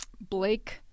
Blake